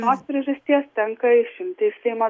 tos priežasties tenka išimti iš seimo